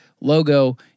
logo